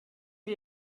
wir